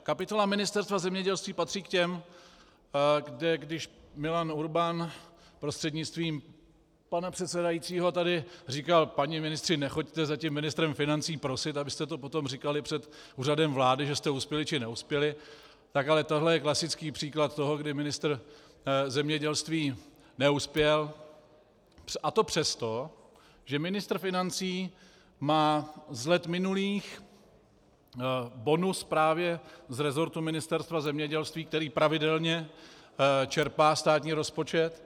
Kapitola Ministerstva zemědělství patří k těm, kde, když Milan Urban prostřednictvím pana předsedajícího tady říkal páni ministři, nechoďte za tím ministrem financí prosit, abyste to potom říkali před Úřadem vlády, že jste uspěli, či neuspěli, tak ale tohle je klasický příklad toho, kdy ministr zemědělství neuspěl, a to přesto, že ministr financí má z let minulých bonus právě z resortu Ministerstva zemědělství, který pravidelně čerpá státní rozpočet.